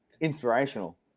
inspirational